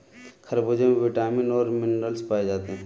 खरबूजे में विटामिन और मिनरल्स पाए जाते हैं